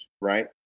right